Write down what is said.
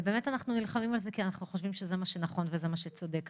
ובאמת אנחנו נלחמים על זה כי אנחנו חושבים שזה מה שנכון וזה מה שצודק.